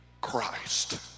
Christ